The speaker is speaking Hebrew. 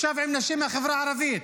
ישב עם נשים מהחברה הערבית,